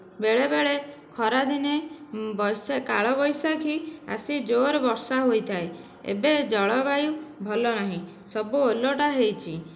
ବେଳେବେଳେ ଖରାଦିନେ କାଳବୈଶାଖୀ ଆସି ଜୋରେ ବର୍ଷା ହୋଇଥାଏ ଏବେ ଜଳବାୟୁ ଭଲ ନାହିଁ ସବୁ ଓଲଟା ହୋଇଛି